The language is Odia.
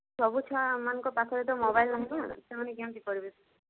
ସବୁ ଛୁଆମାନଙ୍କ ପାଖରେ ତ ମୋବାଇଲ ନାହିଁ ନା ସେମାନେ କେମିତି କରିବେ